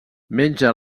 menja